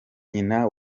nyina